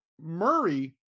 Murray